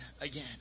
again